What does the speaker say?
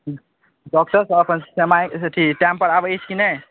doctor सब अपन समयसॅं ठीक टाइम पर आबै अछि कि नहि